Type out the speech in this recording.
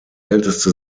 älteste